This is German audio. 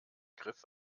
griff